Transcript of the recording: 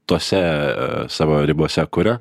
tose savo ribose kuria